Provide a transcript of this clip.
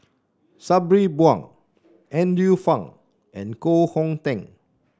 Sabri Buang Andrew Phang and Koh Hong Teng